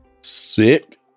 Sick